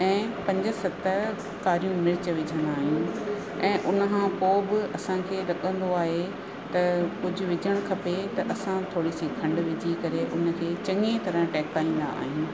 ऐं पंज सत कारियूं मिर्च विझंदा आहियूं ऐं उन खां पोइ बि असांखे लॻंदो आहे त कुझु विझणु खपे त असां थोरी सी खंडु विझी करे उन खे चङी तरह टहकाईंदा आहियूं